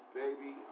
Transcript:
baby